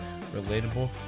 relatable